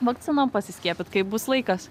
vakcinom pasiskiepyt kai bus laikas